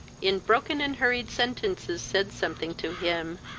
in broken and hurried sentences said something to him